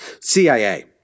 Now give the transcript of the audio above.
CIA